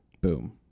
Boom